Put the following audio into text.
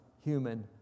human